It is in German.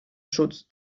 schutz